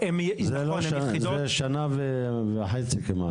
מדובר בשנה וחצי.